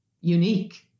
unique